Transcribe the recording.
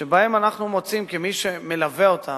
שבהן אנחנו מוצאים, כמי שמלווים אותן,